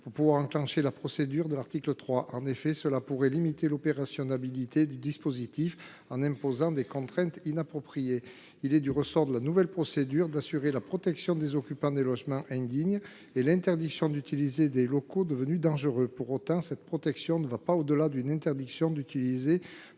pour pouvoir enclencher la procédure de l’article 3. En effet, une telle mesure pourrait limiter le caractère opérationnel du dispositif en prescrivant des contraintes inappropriées. Il est du ressort de la nouvelle procédure d’assurer la protection des occupants des logements indignes et l’interdiction d’utiliser des locaux devenus dangereux. Pour autant, cette protection ne va pas au delà d’une telle interdiction d’utiliser.